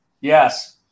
Yes